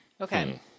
Okay